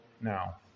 now